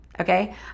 okay